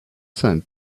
sand